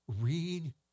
Read